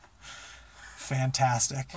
Fantastic